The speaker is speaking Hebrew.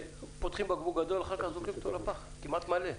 פותחים בקבוק גדול ואחר כך זורקים אותו לפח כמעט מלא,